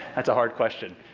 that's a hard question.